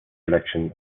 election